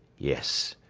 yes,